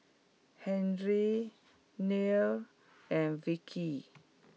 Henry Nia and Vicki